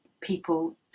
people